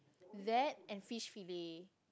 that and fish fillet